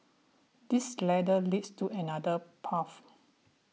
this ladder leads to another path